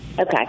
Okay